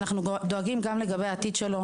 אנחנו גם דואגים לעתידו,